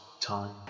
time